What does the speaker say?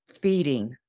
feeding